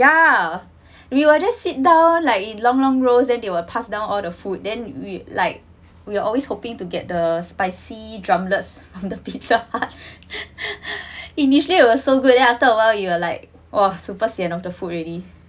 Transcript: ya we will just sit down like in long long rows and they will pass down all the food then we like we are always hoping to get the spicy drumlets and pizza hut initially it was so good then after a while you will like !wah! super sian of the food already